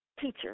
teacher